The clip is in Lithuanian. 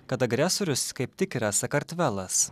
kad agresorius kaip tikras sakartvelas